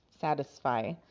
satisfy